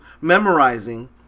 memorizing